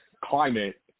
climate